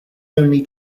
only